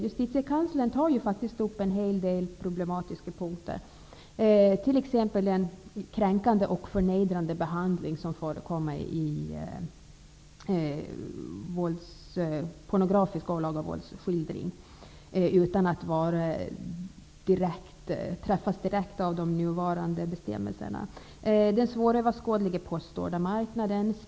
Justitiekanslern tar ju faktiskt upp en hel del problematiska punkter, t.ex. den kränkande och förnedrande behandling som förekommer i pornografisk olaga våldsskildring och som inte träffas direkt av de nuvarande bestämmelserna. Det gäller också den svåröverskådliga postordermarknaden.